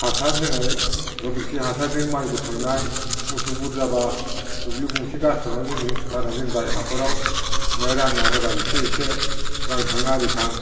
हासार होनाय गोबोरखि हासारजों माइ बोखांनाय मोसौ बुरजाब्ला दुब्लि गंसे गारस्रावना दोनो गारनान दोनबाय हाखराव ओमफाय रानना होबाय एसे एसे रानखां आरिखां